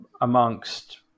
amongst